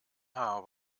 haar